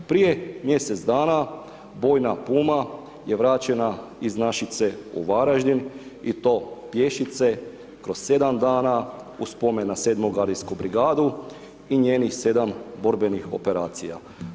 Prije mjesec dana, bojna Puma je vraćena iz Našice u Varaždin i to pješice kroz 7 dana u spomen na 7.-mu gardijsku brigadu i njenih 7 borbenih operacija.